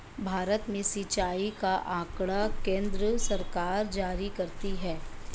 भारत में सिंचाई का आँकड़ा केन्द्र सरकार जारी करती है